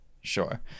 sure